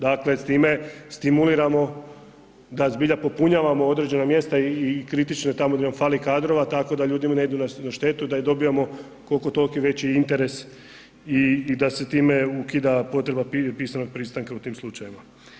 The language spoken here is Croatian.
Dakle, s time stimuliramo da zbilja popunjavamo određena mjesta i kritične tamo gdje nam fali kadrova tako da ljudima ne idu na štetu da dobivamo kolko tolko veći interes i da se time ukida potreba pisanog pristanka u tim slučajevima.